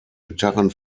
gitarren